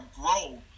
grow